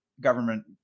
government